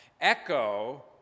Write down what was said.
echo